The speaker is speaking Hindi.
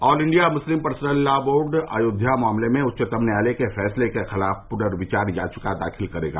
all India Muslim personal law board Ayodhya मामले में उच्चतम न्यायालय के फैसले के खिलाफ पुनर्विचार याचिका दाखिल करेगा